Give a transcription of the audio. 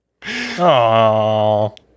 Aww